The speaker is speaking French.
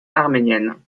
arménienne